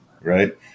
right